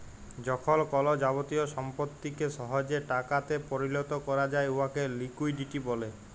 যখল কল যাবতীয় সম্পত্তিকে সহজে টাকাতে পরিলত ক্যরা যায় উয়াকে লিকুইডিটি ব্যলে